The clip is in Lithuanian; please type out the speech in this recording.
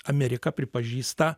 amerika pripažįsta